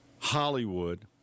Hollywood